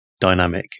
dynamic